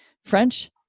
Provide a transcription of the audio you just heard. French